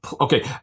okay